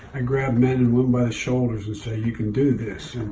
and grabbed my shoulders to say, you can do this